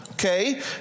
Okay